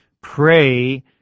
pray